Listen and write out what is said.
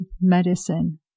medicine